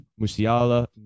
Musiala